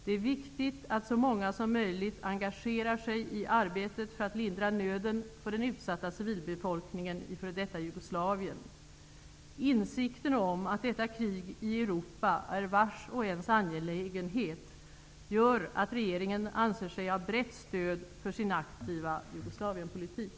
Det är viktigt att så många som möjligt engagerar sig i arbetet för att lindra nöden för den utsatta civilbefolkningen i f.d. Jugoslavien. Insikten om att detta krig i Europa är vars och ens angelägenhet gör att regeringen anser sig ha brett stöd för sin aktiva Jugoslavienpolitik.